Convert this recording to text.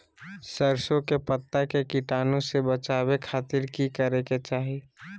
सरसों के पत्ता के कीटाणु से बचावे खातिर की करे के चाही?